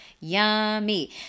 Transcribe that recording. yummy